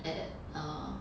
at err